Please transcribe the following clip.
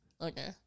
Okay